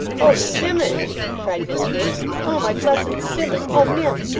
oh simmun cried miss miggs. oh my blessed simmun! oh mim!